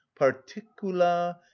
particula